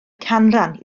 canran